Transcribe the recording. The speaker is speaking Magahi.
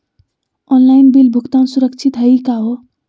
ऑनलाइन बिल भुगतान सुरक्षित हई का हो?